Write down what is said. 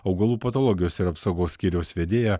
augalų patologijos ir apsaugos skyriaus vedėja